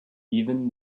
even